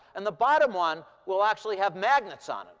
and the bottom one will actually have magnets on it.